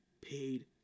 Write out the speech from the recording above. paid